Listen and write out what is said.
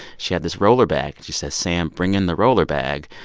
she had this roller bag. and she said, sam, bring in the roller bag.